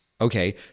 Okay